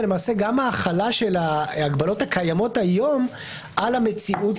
ולמעשה גם ההחלה של ההגבלות הקיימות היום על המציאות